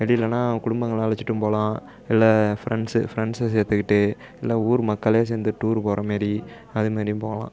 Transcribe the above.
வெளியேலனா குடும்பங்களை அழச்சுட்டும் போகலாம் இல்லை ஃப்ரெண்ட்ஸு ஃப்ரெண்ட்ஸை சேர்த்துக்கிட்டு இல்லை ஊர் மக்களே சேர்ந்து டூர் போகிற மாரி அதுமாரியும் போகலாம்